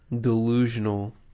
delusional